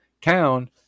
town